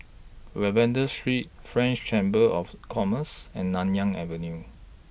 Lavender Street French Chamber of Commerce and Nanyang Avenue